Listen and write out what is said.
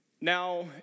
Now